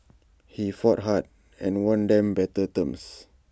he fought hard and won them better terms